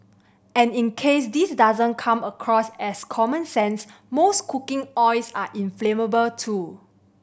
and in case this doesn't come across as common sense most cooking oils are inflammable too